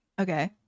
Okay